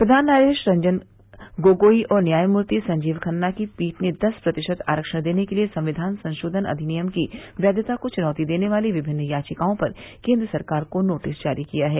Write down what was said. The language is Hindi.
प्रधान न्यायाधीश रंजन गोगोई और न्यायमूर्ति संजीव खन्ना की पीठ ने दस प्रतिशत आरक्षण देने के लिए संविधान संशोधन अधिनियम की वैघता को चुनौती देने वाली विभिन्न याचिकाओं पर केन्द्र सरकार को नोटिस जारी किया है